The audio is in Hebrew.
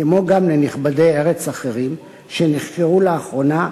כמו גם לנכבדי ארץ אחרים שנחקרו לאחרונה,